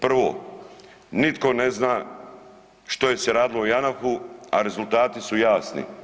Prvo nitko ne zna što je se radilo u JANAF-u, a rezultati su jasni.